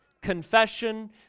confession